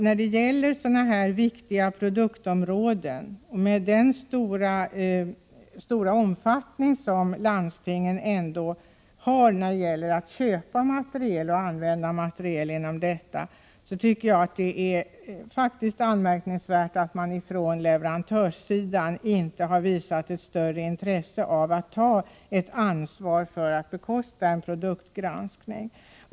Med tanke på landstingens omfattande inköp och användning av material från dessa viktiga produktområden tycker jag faktiskt att det är anmärkningsvärt att leverantörerna inte har visat ett större intresse av att ta ansvar för och bekosta en produktgranskning.